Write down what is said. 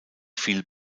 viel